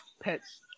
pets